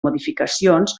modificacions